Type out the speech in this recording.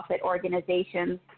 organizations